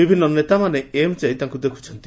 ବିଭିନ୍ନ ନେତାମାନେ ଏମ୍ସ୍ ଯାଇ ତାଙ୍କୁ ଦେଖୁଛନ୍ତି